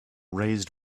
raised